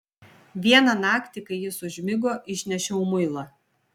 vieną naktį kai jis užmigo išnešiau muilą